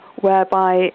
whereby